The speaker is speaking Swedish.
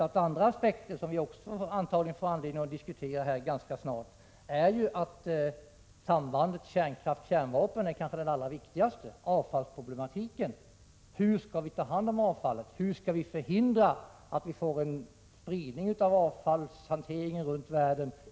Andra aspekter, som vi antagligen får anledning att diskutera här ganska snart, är sambandet kärnkraft-kärnvapen, som kanske är den allra viktigaste aspekten, och avfallsproblematiken. Hur skall vi ta hand om avfallet? Hur skall vi förhindra en spridning av avfallshanteringen runt världen?